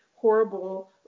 horrible